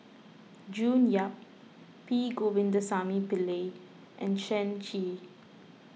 June Yap P Govindasamy Pillai and Shen Xi